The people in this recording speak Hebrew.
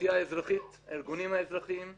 האוכלוסייה האזרחית, הארגונים האזרחיים,